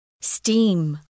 Steam